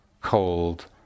cold